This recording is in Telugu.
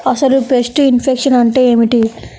అసలు పెస్ట్ ఇన్ఫెక్షన్ అంటే ఏమిటి?